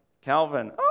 Calvin